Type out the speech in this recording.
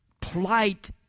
plight